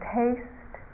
taste